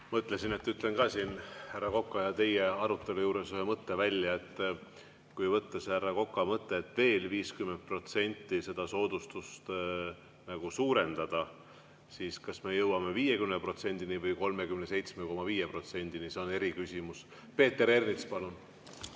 Mõtlesin, et ütlen ka siin härra Koka ja teie arutelu juures ühe mõtte välja. Kui võtta härra Koka mõte, et veel 50% seda soodustust suurendada, siis see, kas me jõuame 50%-ni või 37,5%-ni, on eriküsimus. Peeter Ernits, palun!